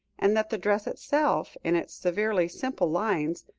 and that the dress itself, in its severely simple lines,